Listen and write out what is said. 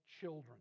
children